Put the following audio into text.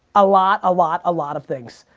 a lot, a lot, a lot of things.